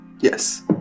yes